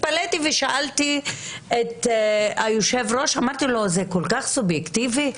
התפלאתי ושאלתי את היו"ר האם זה כל כך סובייקטיבי?